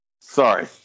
Sorry